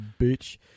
bitch